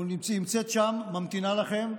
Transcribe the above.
היא נמצאת שם, ממתינה לכם.